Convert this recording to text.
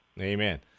Amen